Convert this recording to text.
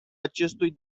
acestui